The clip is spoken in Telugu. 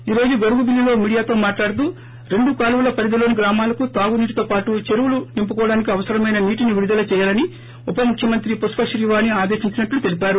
ఈ రోజు గరుగుబిల్లిలో మీడియాతో మాట్లాడుతూ రెండు కాలువల పరిధిలోని గ్రామాలకు తాగునీటితోపాటు చెరువులు నింపుకోవడానికి అవసరమైన నీటిని విడుదల చేయాలని ఉపముఖ్యమంత్రి పుష్పశ్రీవాణి ఆదేశించినట్లు తెలిపారు